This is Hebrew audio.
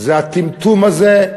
זה הטמטום הזה,